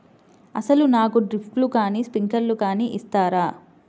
అసలు నాకు డ్రిప్లు కానీ స్ప్రింక్లర్ కానీ ఇస్తారా?